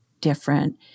different